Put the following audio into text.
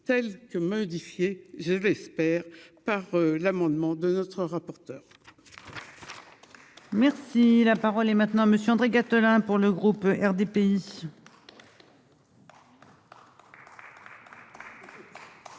telle que modifiée, je l'espère, par l'amendement de notre rapporteur. Merci, la parole est maintenant Monsieur André Gattolin pour le groupe RDPI.